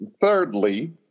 thirdly